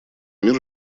мир